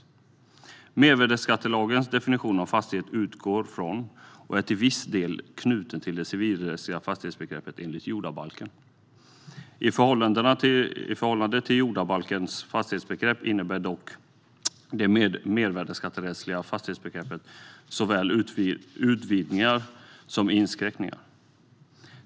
Mervärdesskattelagens definition av fastighet utgår från, och är till viss del knuten till, det civilrättsliga fastighetsbegreppet enligt jordabalken. I förhållande till jordabalkens fastighetsbegrepp innebär dock det mervärdesskatterättsliga fastighetsbegreppet såväl utvidgningar som inskränkningar.